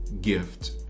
gift